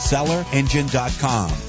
SellerEngine.com